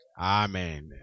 Amen